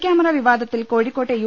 ഒളികൃാമറ വിവാദത്തിൽ കോഴിക്കോട്ടെ യു